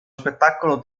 spettacolo